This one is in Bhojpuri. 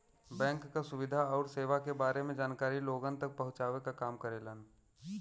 बैंक क सुविधा आउर सेवा क बारे में जानकारी लोगन तक पहुँचावे क काम करेलन